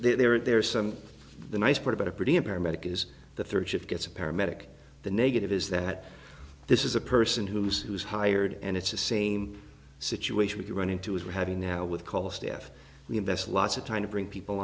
the there are there are some the nice part about a pretty a paramedic is the third shift gets a paramedic the negative is that this is a person who's who is hired and it's the same situation if you run into as we're having now with call of staff we invest lots of time to bring people